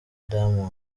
diamond